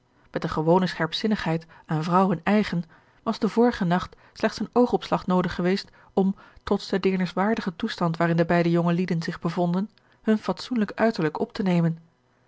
met de gewone scherpzinnigheid aan vrouwen eigen was den vorigen nacht slechts een oogopslag noodig geweest om trots den deerniswaardigen toestand waarin de beide jongelieden zich bevonden hun fatsoenlijk uiterlijk op te nemen